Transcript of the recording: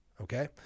Okay